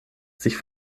sich